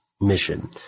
mission